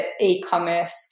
e-commerce